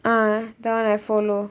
ah that [one] I follow